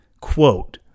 Quote